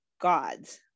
God's